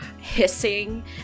hissing